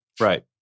right